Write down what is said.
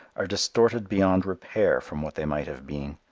are distorted beyond repair from what they might have been.